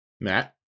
Matt